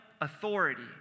authority